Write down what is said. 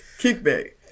Kickback